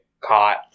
caught